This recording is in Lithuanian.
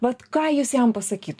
vat ką jūs jam pasakytumėt